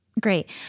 Great